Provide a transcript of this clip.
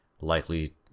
likely